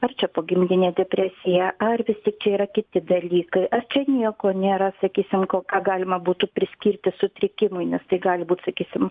ar čia pogimdinė depresija ar vis tik čia yra kiti dalykai ar čia nieko nėra sakysim ko ką galima būtų priskirti sutrikimui nes tai gali būt sakysim